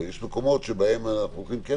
אבל יש מקומות שבהם אנחנו הולכים על